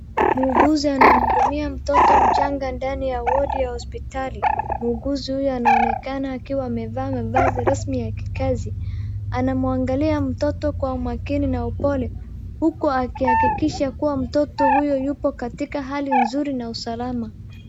Muuguzi anamhudumia mtoto mchanga ndani ya wodi ya hospitali. Muuguzi huyu anaonekana akiwa amevaa mavazi rasmi ya kikazi. Anamwangalia mtoto kwa umakini na upole huku akihakikisha kuwa mtoto huyu yupo katika hali nzuri na usalama.